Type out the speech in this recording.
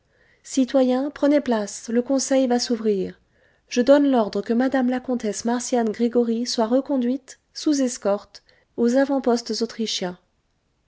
citoyens prenez place le conseil va s'ouvrir je donne l'ordre que mme la comtesse marcian gregoryi soit reconduite sous escorte aux avant-postes autrichiens